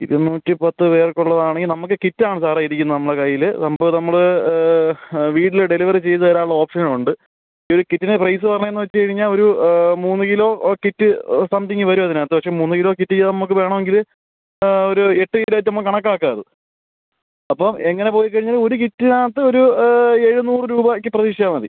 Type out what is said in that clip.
ഇത് നൂറ്റി പത്ത് പേർക്കുള്ളതാണെ നമുക്ക് കിറ്റാണ് സാറേ ഇരിക്കുന്നത് നമ്മളെ കൈയിൽ അത് നമ്മൾ വീട്ടിൽ ഡെലിവറി ചെയ്തു തരാനുള്ള ഓപ്ഷനും ഉണ്ട് ഈ കിറ്റിന് പ്രൈസ് പറയുന്നത് വച്ച് കഴിഞ്ഞാൽ ഒരു മൂന്ന് കിലോ ഓ കിറ്റ് സംതിംഗ് വരും അതിനകത്ത് പക്ഷെ മൂന്ന് കിലോ കിറ്റ് നമ്മൾക്ക് വേണം എങ്കിൽ ഒരു എട്ട് കിലോ എത്തുമ്പോൾ കണക്കാക്കാം അത് അപ്പോൾ എങ്ങനെ പോയി കഴിഞ്ഞാലും ഒരു കിറ്റിന് അകത്തൊരു എഴുന്നൂറ് രൂപയ്ക്ക് പ്രതീക്ഷിച്ചാൽ മതി